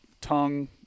tongue